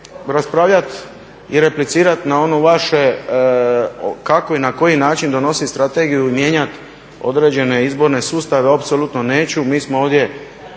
raspravljat i replicirat na ono vaše kako i na koji način donosit strategiju i mijenjat određene izborne sustave apsolutno neću, mi smo ovdje